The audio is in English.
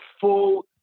full